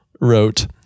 wrote